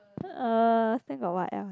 uh still got what else